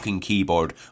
keyboard